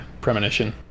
premonition